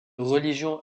religion